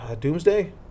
Doomsday